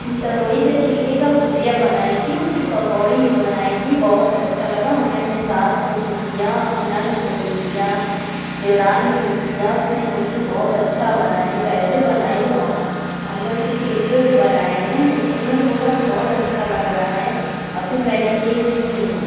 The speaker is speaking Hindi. तरोई के छिलके का भुजिया बनाई थी उसकी पकौड़ी भी बनाई थी बहुत अच्छा लगा हमने अपने सास को भी दिया आप नन्द को भी दिया देवरान को भी दिया उसने बोली की बहुत अच्छा बना है कैसे बनाई हो हमको इसके छिलके के बनाए हूँ उन्होंने बोला बहुत अच्छा लग रहा है और फिर मैंने एक दिन